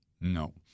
no